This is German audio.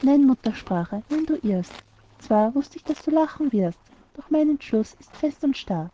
nein mutter sprach er nein du irrst zwar wußt ich daß du lachen wirst doch mein entschluß ist fest und starr